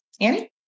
Annie